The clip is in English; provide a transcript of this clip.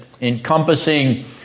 encompassing